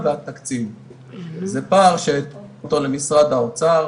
שאנחנו נוכל כן להגיב בצורה מהירה יותר,